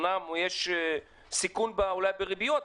אמנם יש סיכון אולי בריביות,